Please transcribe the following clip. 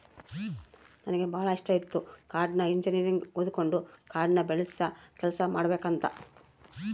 ನನಗೆ ಬಾಳ ಇಷ್ಟಿತ್ತು ಕಾಡ್ನ ಇಂಜಿನಿಯರಿಂಗ್ ಓದಕಂಡು ಕಾಡ್ನ ಬೆಳಸ ಕೆಲ್ಸ ಮಾಡಬಕಂತ